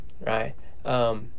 Right